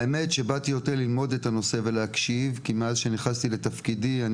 האמת שבאתי יותר ללמוד את הנושא ולהקשיב כי מאז שנכנסתי לתפקידי אני